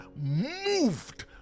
moved